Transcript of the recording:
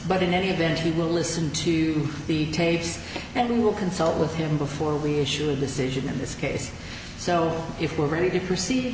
in any event he will listen to the tapes and we will consult with him before we issue a decision in this case so if we're ready to proceed